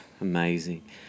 amazing